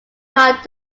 card